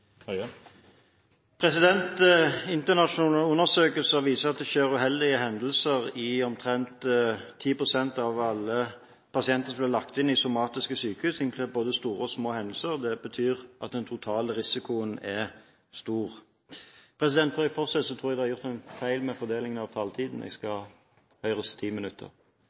vedtatt. Internasjonale undersøkelser viser at det skjer uheldige hendelser hos omtrent 10 pst. av alle pasienter som blir lagt inn i somatiske sykehus, inkludert både store og små hendelser. Det betyr at den totale risikoen er stor. En rapport utarbeidet av professor Hjort for Sosial- og helsedirektoratet i 2003 viser at det er et betydelig omfang feil